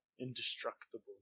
Indestructible